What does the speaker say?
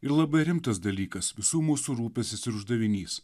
ir labai rimtas dalykas visų mūsų rūpestis ir uždavinys